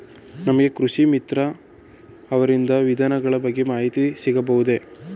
ನಮಗೆ ಕೃಷಿ ಮಿತ್ರ ಅವರಿಂದ ವಿಧಾನಗಳ ಬಗ್ಗೆ ಮಾಹಿತಿ ಸಿಗಬಹುದೇ?